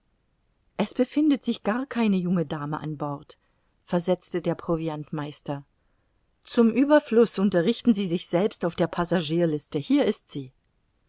es befindet sich gar keine junge dame an bord versetzte der proviantmeister zum ueberfluß unterrichten sie sich selbst auf der passagierliste hier ist sie